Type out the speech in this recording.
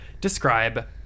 describe